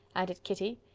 added kitty.